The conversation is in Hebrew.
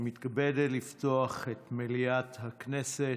ירושלים, הכנסת,